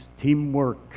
teamwork